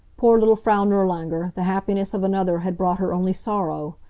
poor little frau nirlanger, the happiness of another had brought her only sorrow.